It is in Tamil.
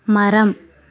மரம்